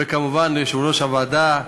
וכמובן ליושב-ראש הוועדה,